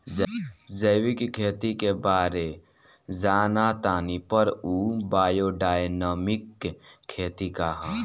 जैविक खेती के बारे जान तानी पर उ बायोडायनमिक खेती का ह?